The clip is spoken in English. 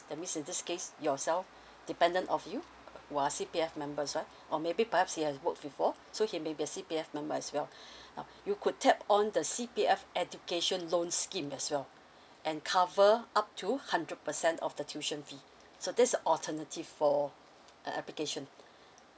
that means in this case yourself dependent of you who are a C_P_F members right or maybe perhaps he has worked before so he may be a C_P_F member as well now you could tap on the C_P_F education loan scheme as well and cover up to hundred percent of the tuition fee so this is alternative for an application